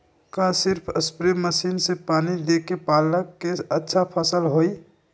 का सिर्फ spray machine से पानी देके पालक के अच्छा फसल होई?